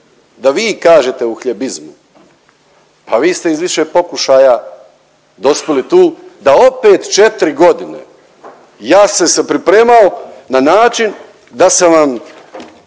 da vi kažete o uhljebizmu pa vi ste iz više pokušaja dospjeli tu da opet četri godine, ja sam se pripremao na način da sam vam